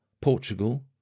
Portugal